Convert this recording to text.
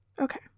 Okay